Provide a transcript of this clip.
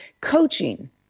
Coaching